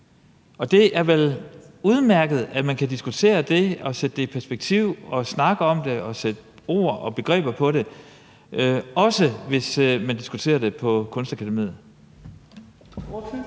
Og det er vel udmærket, at man kan diskutere det og sætte det i perspektiv og sætte ord og begreber på det, også hvis man diskuterer det på Kunstakademiet,